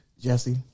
Jesse